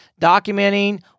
documenting